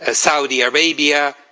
ah saudi arabia,